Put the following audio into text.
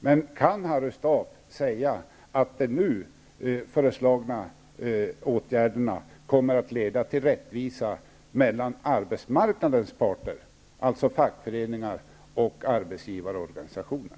Men kan Harry Staaf säga att de nu föreslagna åtgärderna kommer att leda till rättvisa mellan arbetsmarknadens parter, alltså mellan fackföreningar och arbetsgivarorganisationer?